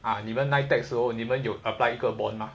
啊你们 Nitec 的时候你们有 apply 一个 bond 吗